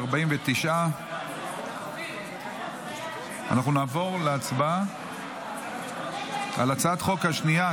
49. אנחנו נעבור להצבעה על הצעת החוק השנייה,